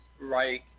Right